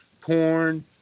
porn